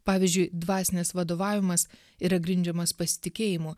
pavyzdžiui dvasinis vadovavimas yra grindžiamas pasitikėjimu